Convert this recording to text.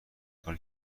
کار